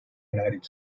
united